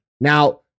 Now